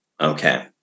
Okay